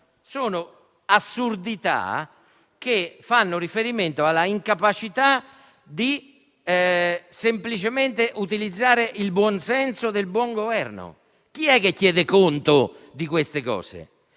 Sono assurdità che fanno riferimento all'incapacità di utilizzare il buon senso del buon governo. Chi è che chiede conto di queste cose?